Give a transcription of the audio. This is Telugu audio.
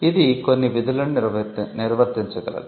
ఇది కొన్ని విధులను నిర్వర్తించగలదు